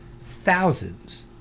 thousands